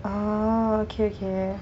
oh okay okay